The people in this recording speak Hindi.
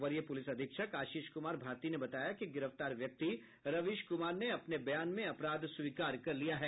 वरीय पुलिस अधीक्षक अशीष कुमार भारती ने बताया कि गिरफ्तार व्यक्ति रविश क्मार ने अपने बयान में अपराध स्वीकार कर लिया है